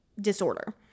disorder